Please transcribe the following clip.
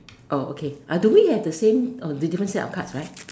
oh okay do we have the same of different sets of cards right